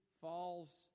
falls